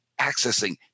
accessing